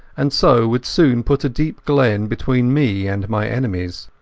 and so would soon put a deep glen between me and my enemies.